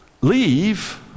Leave